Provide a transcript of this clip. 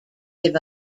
give